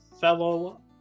fellow